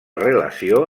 relació